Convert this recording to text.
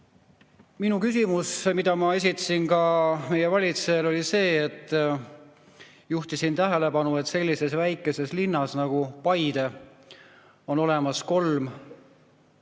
vastu. Küsimuses, mille ma esitasin ka meie valitsejale, ma juhtisin tähelepanu, et sellises väikeses linnas nagu Paide on olemas kolm